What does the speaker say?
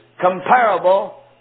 comparable